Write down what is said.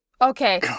Okay